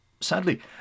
Sadly